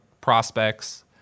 prospects